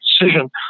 decision